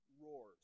roars